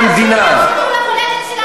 שכל המגורשים יחזרו למולדת שלהם.